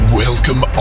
welcome